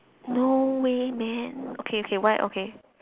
no way man okay okay why okay